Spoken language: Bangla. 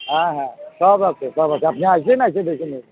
হ্যাঁ হ্যাঁ সব আছে সব আছে আপনি আসবেন এসে দেখে নিবেন